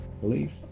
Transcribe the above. beliefs